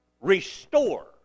Restore